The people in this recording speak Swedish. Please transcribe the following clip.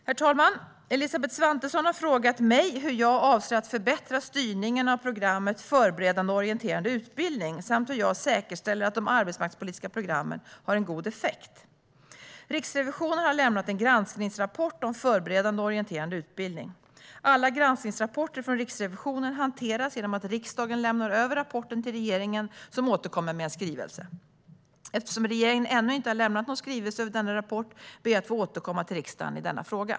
Herr talman! Elisabeth Svantesson har frågat mig hur jag avser att förbättra styrningen av programmet Förberedande och orienterande utbildning samt hur jag säkerställer att de arbetsmarknadspolitiska programmen har en god effekt. Riksrevisionen har lämnat en granskningsrapport om förberedande och orienterande utbildning. Alla granskningsrapporter från Riksrevisionen hanteras genom att riksdagen lämnar över rapporten till regeringen, som återkommer med en skrivelse. Eftersom regeringen ännu inte har lämnat någon skrivelse över denna rapport ber jag att få återkomma till riksdagen i denna fråga.